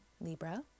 Libra